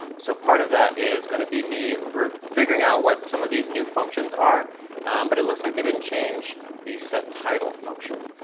so part of that is going to be me figuring out what some of these new functions are but it looks like they didn't change the settitle function,